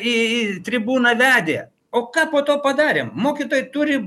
į tribūną vedė o ką po to padarėm mokytojai turi